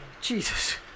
Jesus